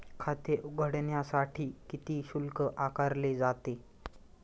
खाते उघडण्यासाठी किती शुल्क आकारले जाते?